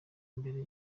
mbere